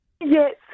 Yes